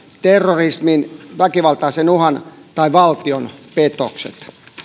terrorismin väkivaltaisen uhan tai valtiopetokset